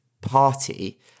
party